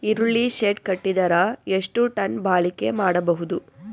ಈರುಳ್ಳಿ ಶೆಡ್ ಕಟ್ಟಿದರ ಎಷ್ಟು ಟನ್ ಬಾಳಿಕೆ ಮಾಡಬಹುದು?